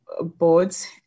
boards